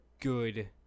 good